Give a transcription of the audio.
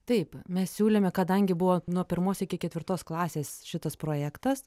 taip mes siūlėme kadangi buvo nuo pirmos iki ketvirtos klasės šitas projektas